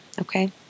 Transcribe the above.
okay